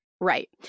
Right